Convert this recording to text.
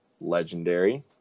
legendary